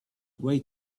wait